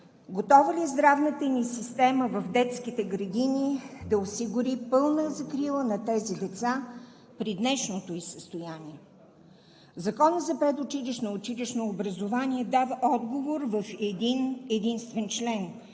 готова ли е здравната ни система да осигури в детските градини пълна закрила на тези деца при днешното ѝ състояние? Законът за предучилищно и училищно образование дава отговор в един единствен член –